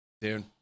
Dude